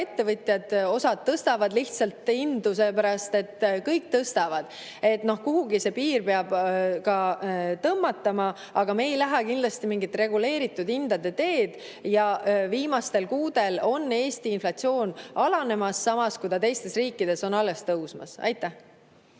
ettevõtjad tõstavad hindu lihtsalt seepärast, et kõik tõstavad. Kuhugi see piir peab tõmmatama, aga me ei lähe kindlasti mingit reguleeritud hindade teed. Viimastel kuudel on Eesti inflatsioon alanemas, samas kui ta teistes riikides on alles tõusmas. Aitäh!